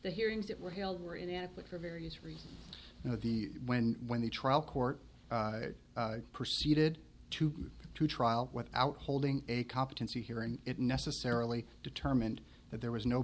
the hearings that were held were inadequate for various reasons you know the when when the trial court proceeded to go to trial without holding a competency hearing it necessarily determined that there was no